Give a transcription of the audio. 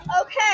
Okay